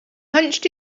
hunched